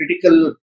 critical